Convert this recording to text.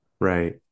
right